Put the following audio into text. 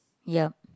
yep